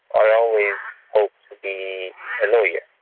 i always be a lawyer.